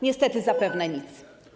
Niestety zapewne nic.